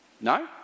No